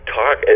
talk